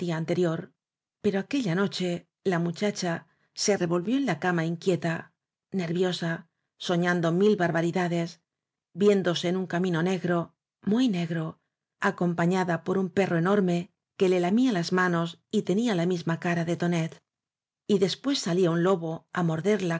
pero aquella noche la muchacha se revolvió en la cama inquieta nerviosa soñando mil barbaridades viéndose en un camino negro muy negro acompañada por un perro enorme que le lamía las manos y tenía la misma cara de tonet y después salía un lobo á morderla